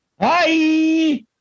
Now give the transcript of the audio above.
Hi